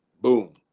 Boom